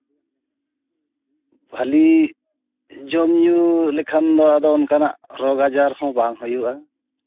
ᱵᱷᱟᱹᱞᱤ ᱡᱚᱢ ᱧᱩ ᱞᱮᱠᱷᱟᱱ ᱫᱚ ᱟᱫᱚ ᱚᱱᱠᱟᱱᱟᱜ ᱨᱳᱜᱽ ᱟᱡᱟᱨᱦᱚᱸ ᱵᱟᱝ ᱦᱩᱭᱩᱜᱼᱟ